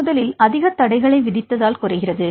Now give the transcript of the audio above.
நாங்கள் முதலில் அதிக தடைகளை விதித்ததால் குறைகிறது